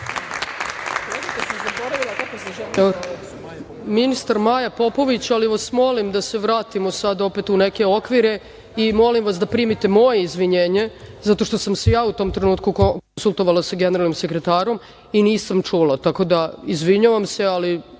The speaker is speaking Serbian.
ministar Maja Popović, ali vas molim da se vratimo sada opet u neke okvire i molim vas da primite moje izvinjenje zato što sam se ja u tom trenutku konsultovala sa generalnim sekretarom i nisam čula. Tako da, izvinjavam se, ali